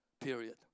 period